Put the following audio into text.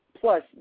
Plus